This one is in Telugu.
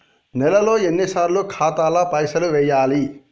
నెలలో ఎన్నిసార్లు ఖాతాల పైసలు వెయ్యాలి?